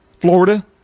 Florida